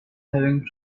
having